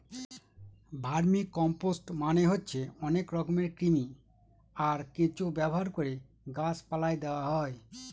vermicompost মানে হচ্ছে অনেক রকমের কৃমি, আর কেঁচো ব্যবহার করে গাছ পালায় দেওয়া হয়